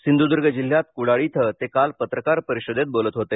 सिंध्रदर्ग जिल्ह्यात कुडाळ इथं ते काल पत्रकार परिषदेत बोलत होते